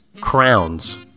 Crowns